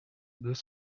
deux